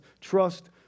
trust